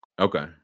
okay